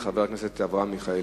חבר הכנסת אברהם מיכאלי,